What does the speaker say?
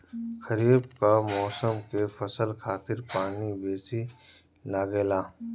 खरीफ कअ मौसम के फसल खातिर पानी बेसी लागेला